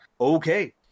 okay